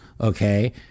okay